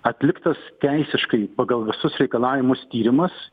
atliktas teisiškai pagal visus reikalavimus tyrimas